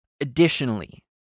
Additionally